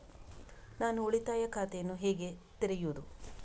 ನಾನು ಉಳಿತಾಯ ಖಾತೆಯನ್ನು ಹೇಗೆ ತೆರೆಯುದು?